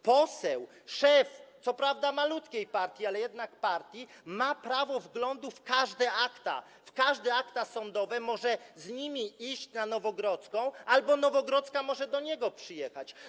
Poseł, szef co prawda malutkiej partii, ale jednak partii, ma prawo wglądu w każde akta, w każde akta sądowe, może z nimi iść na Nowogrodzką albo Nowogrodzka może do niego przyjechać.